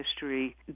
history